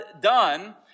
done